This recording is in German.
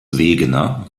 wegener